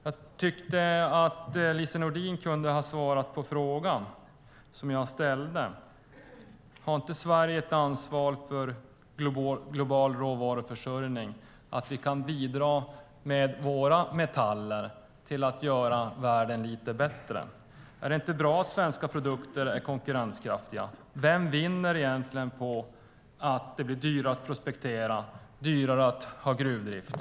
Jag tycker att Lise Nordin kunde ha svarat på frågorna jag ställde. Har inte Sverige ett ansvar för global råvaruförsörjning och att bidra med våra metaller för att göra världen lite bättre? Är det inte bra att svenska produkter är konkurrenskraftiga? Vem vinner egentligen på att det blir dyrare att prospektera och dyrare att ha gruvdrift?